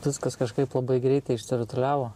viskas kažkaip labai greitai išsirituliavo